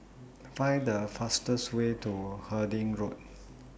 Find The fastest Way to Harding Road